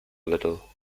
little